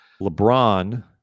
LeBron